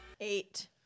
Eight